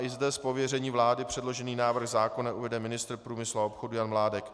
I zde z pověření vlády předložený návrh zákona uvede ministr průmyslu a obchodu Jan Mládek.